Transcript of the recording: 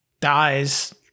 dies